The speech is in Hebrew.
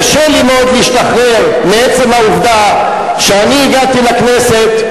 קשה לי מאוד להשתחרר מעצם העובדה שאני הגעתי לכנסת,